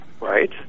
right